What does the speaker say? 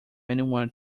anyone